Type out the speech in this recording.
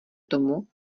tomu